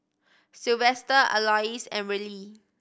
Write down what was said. Sylvester Alois and Rillie